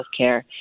healthcare